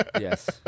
Yes